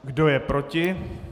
Kdo je proti?